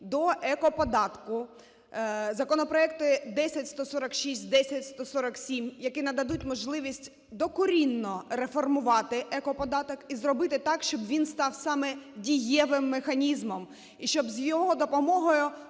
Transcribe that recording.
до екоподатку (законопроект 10146, 10147), які нададуть можливість докорінно реформувати екоподаток і зробити так, щоб він став саме дієвим механізмом, і щоб з його допомогою